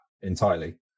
entirely